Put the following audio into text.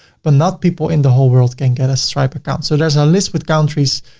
but not people in the whole world can get a stripe account. so there's a list with countries,